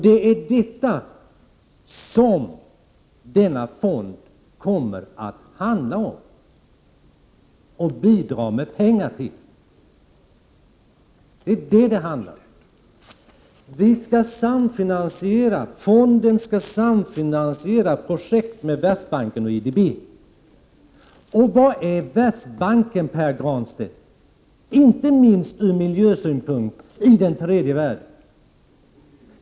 Det är sådana saker som denna fond kommer att handla om och bidra med pengar till. Det är detta hela frågan handlar om. Fonden skall samfinansiera projekt med Världsbanken och IDB. Vad är Världsbanken, Pär Granstedt, inte minst ur miljösynpunkt i tredje världen?